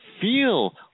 feel